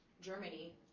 Germany